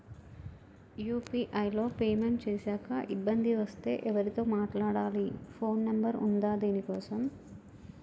UPI లో payment చేశాక ఇబ్బంది వస్తే ఎవరితో మాట్లాడాలి? ఫోన్ నంబర్ ఉందా దీనికోసం?